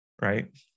Right